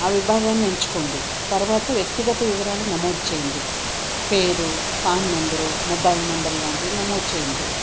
ఆ విభాగాన్ని ఎంచుకోండి తర్వాత వ్యక్తిగత వివరాలు నమోదు చేయండి పేరు పాన్ నెంబరు మొబైల్ నెంబర్ లాంటివి నమోదు చేయండి